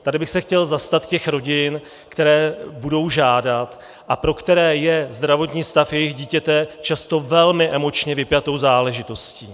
Tady bych se chtěl zastat těch rodin, které budou žádat a pro které je zdravotní stav jejich dítěte často velmi emočně vypjatou záležitostí.